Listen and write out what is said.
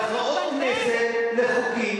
להכרעות כנסת, לחוקים.